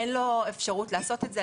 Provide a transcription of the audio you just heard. אין לו אפשרות לעשות את זה.